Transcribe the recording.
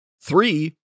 three